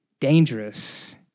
dangerous